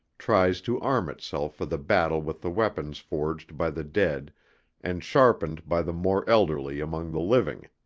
tries to arm itself for the battle with the weapons forged by the dead and sharpened by the more elderly among the living.